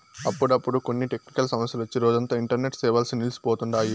అప్పుడప్పుడు కొన్ని టెక్నికల్ సమస్యలొచ్చి రోజంతా ఇంటర్నెట్ సేవలు నిల్సి పోతండాయి